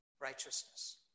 righteousness